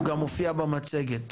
הוא גם מופיע במצגת.